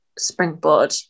Springboard